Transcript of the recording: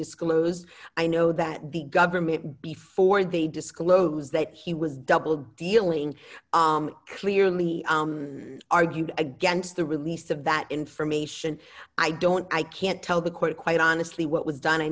disclosed i know that the government before they disclose that he was double dealing clearly argued against the release of that information i don't i can't tell the court quite honestly what was done i